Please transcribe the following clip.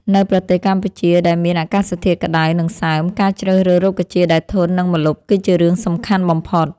នៅប្រទេសកម្ពុជាដែលមានអាកាសធាតុក្តៅ និងសើម ការជ្រើសរើសរុក្ខជាតិដែលធន់នឹងម្លប់គឺជារឿងសំខាន់បំផុត